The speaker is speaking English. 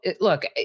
look